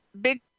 big